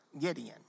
Gideon